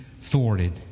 thwarted